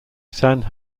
san